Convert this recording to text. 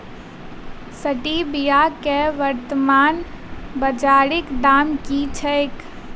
Stevia केँ वर्तमान बाजारीक दाम की छैक?